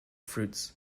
fruits